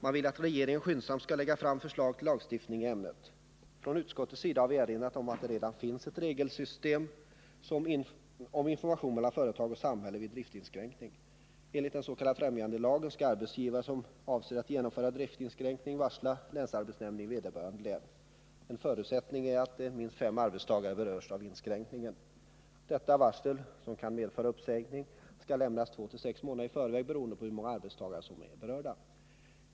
Man vill att regeringen skyndsamt skall lägga fram förslag till lagstiftning i ämnet. Från utskottets sida har vi erinrat om att det redan finns ett regelsystem om information mellan företag och samhälle vid driftinskräkningar. Enligt främjandelagen skall arbetsgivare som avser att genomföra driftinskränkning varsla länsarbetsnämnden i vederbörande län. En förutsättning är att minst fem arbetstagare berörs av inskränkningen. Detta varsel, som kan medföra uppsägning, skall lämnas två till sex månader i förväg beroende på hur många arbetstagare som är berörda.